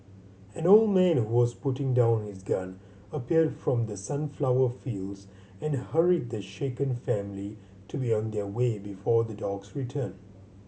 an old man who was putting down his gun appeared from the sunflower fields and hurried the shaken family to be on their way before the dogs return